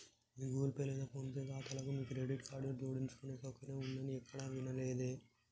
మీ Google Pay లేదా PhonePe ఖాతాలకు మీ క్రెడిట్ కార్డులను జోడించుకునే సౌకర్యం ఉందని ఎక్కడా వినలేదే